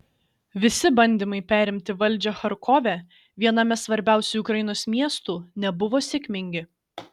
visi bandymai perimti valdžią charkove viename svarbiausių ukrainos miestų nebuvo sėkmingi